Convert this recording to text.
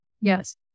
Yes